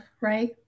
right